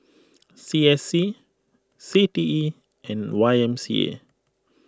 C S C C T E and Y M C A